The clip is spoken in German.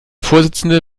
vorsitzende